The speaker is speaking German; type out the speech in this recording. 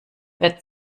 wird